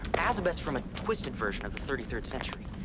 azabeth's from a twisted version of the thirty third century.